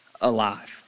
alive